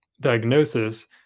diagnosis